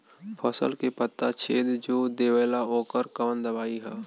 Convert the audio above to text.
फसल के पत्ता छेद जो देवेला ओकर कवन दवाई ह?